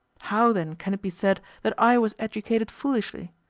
how, then, can it be said that i was educated foolishly?